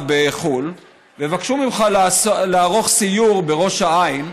בחו"ל ויבקשו ממך לערוך סיור בראש העין,